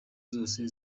zose